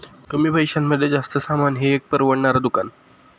कमी पैशांमध्ये जास्त सामान हे आहे एक परवडणार दुकान